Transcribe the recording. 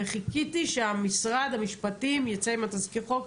וחיכיתי שמשרד המשפטים ייצא עם תזכיר חוק,